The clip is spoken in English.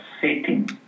setting